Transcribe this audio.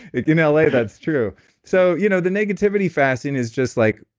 you know like that's true so, you know the negativity fasting is just like.